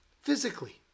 physically